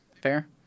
Fair